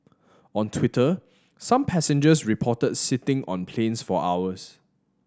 on Twitter some passengers reported sitting on planes for hours